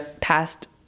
past